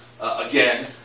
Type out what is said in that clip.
again